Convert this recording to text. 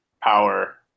power